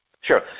Sure